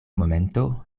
momento